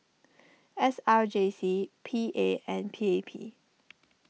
S R J C P A and P A P